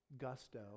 gusto